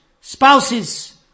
spouses